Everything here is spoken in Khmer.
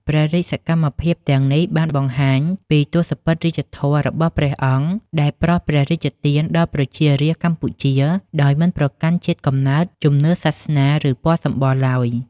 ព្រះរាជសកម្មភាពទាំងនេះបានបង្ហាញពីទសពិធរាជធម៌របស់ព្រះអង្គ ដែលប្រោសព្រះរាជទានដល់ប្រជារាស្ត្រកម្ពុជាដោយមិនប្រកាន់ជាតិកំណើត ជំនឿសាសនា ឬពណ៌សម្បុរឡើយ។